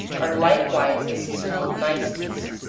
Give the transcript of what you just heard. are likewise esteemed niceties,